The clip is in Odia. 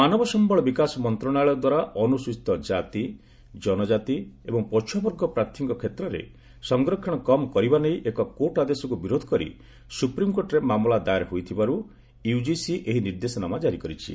ମାନବ ସମ୍ପଳ ବିକାଶ ମନ୍ତ୍ରଣାଳୟ ଦ୍ୱାରା ଅନୁସୂଚୀତ କାତି ଜନଜାତି ଏବଂ ପଛୁଆବର୍ଗ ପ୍ରାର୍ଥୀଙ୍କ କ୍ଷେତ୍ରରେ ସଫରକ୍ଷଣ କମ୍ କରିବା ନେଇ ଏକ କୋର୍ଟ ଆଦେଶକୁ ବିରୋଧ କରି ସ୍ୱପ୍ରିମ୍କୋର୍ଟରେ ମାମଲା ଦାଏର ହୋଇଥିବାର୍ ୟୁକିସି ଏହି ନିର୍ଦ୍ଦେଶନାମା ଜାରି କରିଛି